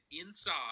Inside